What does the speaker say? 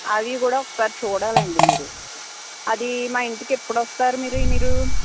అవి కూడా ఒక్కసారి చూడాలండి మీరు అదీ మా ఇంటికి ఎప్పుడు వస్తారు మరి మీరు